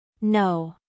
No